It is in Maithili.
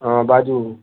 हँ बाजू